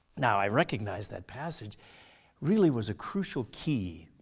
now i recognized that passage really was a crucial key